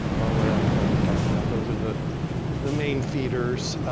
are what i'm going to talk about. those are the the main feeders.